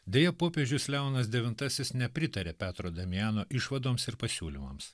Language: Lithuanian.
deja popiežius leonas devintasis nepritarė petro damiano išvadoms ir pasiūlymams